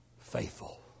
faithful